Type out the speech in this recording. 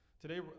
Today